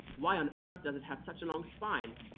why on earth does it have such a long spine?